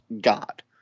god